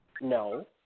No